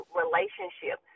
relationship